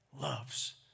loves